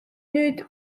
nüüd